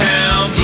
Town